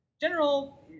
general